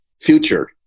future